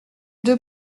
deux